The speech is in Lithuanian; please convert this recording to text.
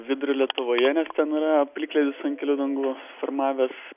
vidurio lietuvoje nes ten yra plikledis ant kelių dangų susiformavęs